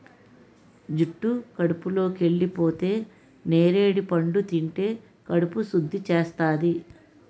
జుట్టు కడుపులోకెళిపోతే నేరడి పండు తింటే కడుపు సుద్ధి చేస్తాది